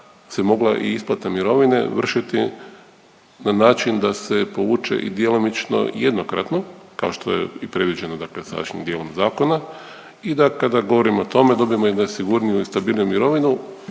se mogla i isplata mirovine vršiti na način da se povuče i djelomično jednokratno kao što je i predviđeno, dakle sadašnjim dijelom zakona i da kada govorimo o tome dobijemo nesigurniju i stabilniju mirovinu